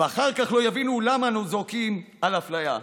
ואחר כך לא יבינו למה אנו זועקים על אפליה.